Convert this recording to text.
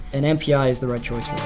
and mpi is the right choice